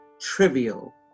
trivial